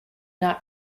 not